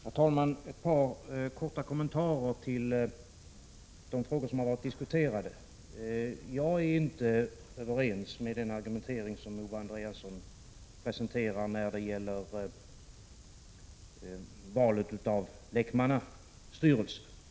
Herr talman! Jag vill göra ett par korta kommentarer till de frågor som har diskuterats. Jag är inte överens med den argumentering som Owe Andréasson presenterar när det gäller valet av lekmannastyrelse.